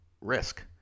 risk